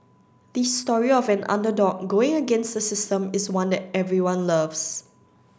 the story of an underdog going against the system is one that everyone loves